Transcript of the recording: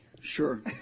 Sure